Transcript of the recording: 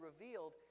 revealed